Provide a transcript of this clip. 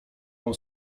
mam